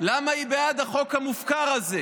אני נותן לחבר הכנסת יואב קיש חמש דקות להתייחס.